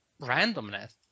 randomness